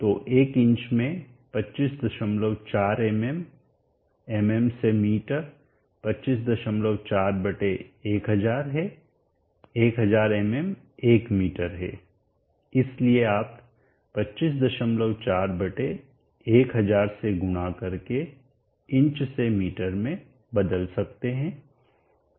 तो 1 इंच में 254 mm mm से मीटर 254 1000 है 1000 mm 1 मीटर है इसलिए आप 254 1000 से गुणा करके इंच से मीटर में बदल सकते हैं